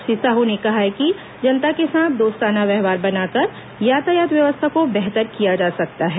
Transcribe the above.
श्री साह ने कहा कि जनता के साथ दोस्ताना व्यवहार बनाकर यातायात व्यवस्था को बेहतर किया जा सकता है